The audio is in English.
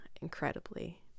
incredibly